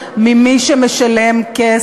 מי שחושב לעשות פיילוטים